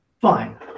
Fine